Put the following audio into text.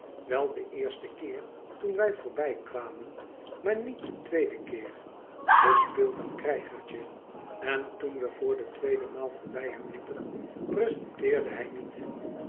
wel den eersten keer toen wij voorbijkwamen maar niet den tweeden keer we speelden krijgertje en toen we voor de tweede maal voorbij hem liepen prezenteerde hij niet